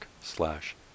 slash